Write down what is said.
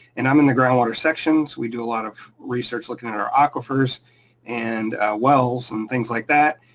and i'm in the groundwater section, so we do a lot of research looking at our aquifers and wells, and things like that.